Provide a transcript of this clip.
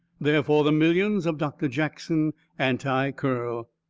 therefore the millions of doctor jackson anti-curl.